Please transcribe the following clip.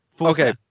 okay